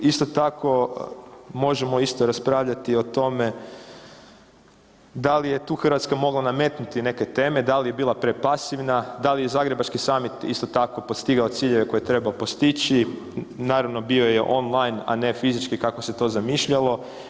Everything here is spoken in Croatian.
Isto tako možemo isto raspravljati o tome da li je tu RH mogla nametnuti neke teme, da li je bila prepasivna, da li je Zagrebački samit isto tako postigao ciljeve koje je trebao postići, naravno bio je on line, a ne fizički kako se to zamišljalo.